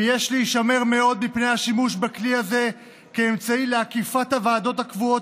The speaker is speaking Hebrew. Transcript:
ויש להישמר מאוד מפני השימוש בכלי הזה כאמצעי לעקיפת הוועדות הקבועות,